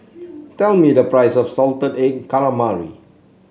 tell me the price of Salted Egg Calamari